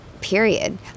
period